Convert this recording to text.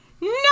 No